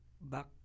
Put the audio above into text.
back